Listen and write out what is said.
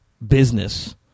Business